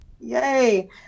Yay